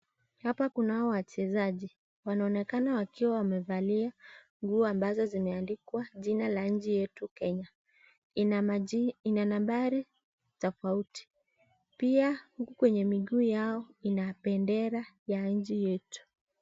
Hapa kunao wachezaji wanaonekana wakiwa wamevalia nguo ambazo zimeandikwa jina la nchi yetu Kenya. Ina nambari tofauti pia huku kwenye miguu yao ina bendera ya nchi yetu.